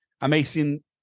amazing